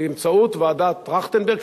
באמצעות ועדת-טרכטנברג,